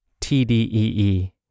TDEE